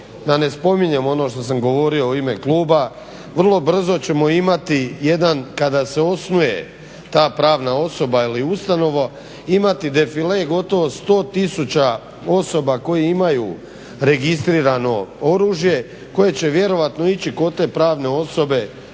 da ne spominjem ono što sam govorio u ime kluba, vrlo brzo ćemo imati jedan kada se osnuje ta pravna osoba ili ustanova, imati defile gotovo sto tisuća osoba koje imaju registrirano oružje koje će vjerojatno ići kod te pravne osobe